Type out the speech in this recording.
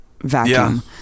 vacuum